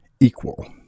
equal